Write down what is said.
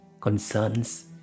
concerns